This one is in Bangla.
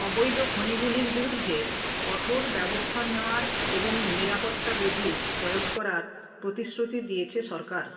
অবৈধ খনিগুলির বিরুদ্ধে কঠোর ব্যবস্থা নেওয়ার এবং নিরাপত্তা বিধি প্রয়োগ করার প্রতিশ্রুতি দিয়েছে সরকার